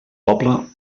poble